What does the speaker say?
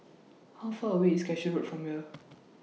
How Far away IS Cashew Road from here